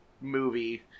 movie